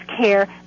care